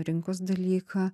rinkos dalyką